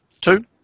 two